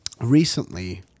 recently